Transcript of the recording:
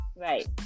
Right